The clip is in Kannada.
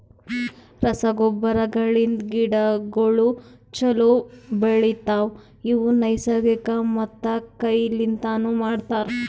ರಸಗೊಬ್ಬರಗಳಿಂದ್ ಗಿಡಗೋಳು ಛಲೋ ಬೆಳಿತವ, ಇವು ನೈಸರ್ಗಿಕ ಮತ್ತ ಕೈ ಲಿಂತನು ಮಾಡ್ತರ